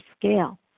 scale